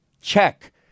Check